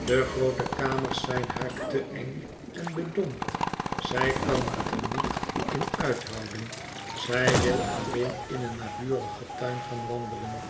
de groote kamers zijn haar te eng en bedompt zij kan het er niet in uithouden zij wil alleen in een naburigen tuin gaan wandelen